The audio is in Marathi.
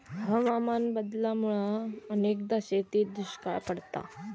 हवामान बदलामुळा अनेकदा शेतीत दुष्काळ पडता